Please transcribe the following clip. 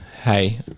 hey